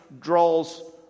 draws